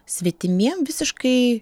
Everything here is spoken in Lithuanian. svetimiem visiškai